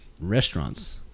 restaurants